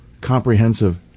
comprehensive